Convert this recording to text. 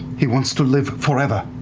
he wants to live forever.